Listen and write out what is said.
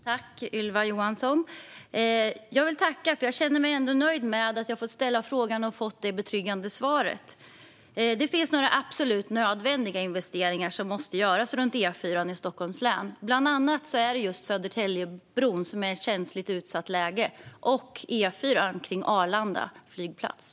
Fru talman! Jag vill tacka Ylva Johansson. Jag känner mig nöjd med att jag fått ställa frågan och fått det betryggande svaret. Det finns några absolut nödvändiga investeringar som måste göras runt E4:an i Stockholms län. Bland annat gäller det Södertäljebron, som är i ett känsligt och utsatt läge, och E4:an kring Arlanda flygplats.